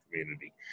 community